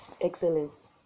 excellence